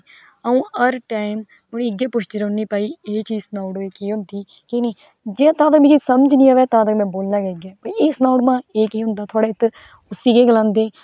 आंऊ हर टाइम उन्हेगी इयै पुच्छदी रौहनी भाई एह् चीज सनाई ओड़ो भाई केह् होंदी के नेई जिसले तक मिकी समझ नेई आवे उसले तक में बोलना गै इये एह् सनाऊ हा एह् केह् होंदा थुआढ़े इद्धर उस गी केह् गलांदे